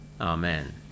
Amen